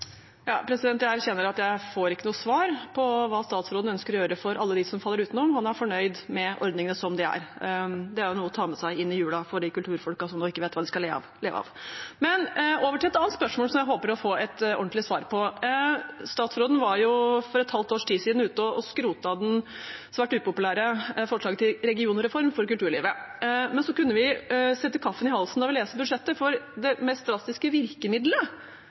Jeg erkjenner at jeg ikke får noe svar på hva statsråden ønsker å gjøre for alle dem som faller utenom. Han er fornøyd med ordningene som de er. Det er jo noe å ta med seg inn i julen for kulturfolk som nå ikke vet hva de skal leve av. Jeg vil over til et annet spørsmål som jeg håper å få et ordentlig svar på. Statsråden var for et halvt års tid siden ute og skrotet det svært upopulære forslaget til regionreform for kulturlivet, men så kunne vi sette kaffen i halsen da vi leste budsjettet, for det mest drastiske virkemiddelet